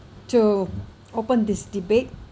to open this debate